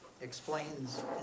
explains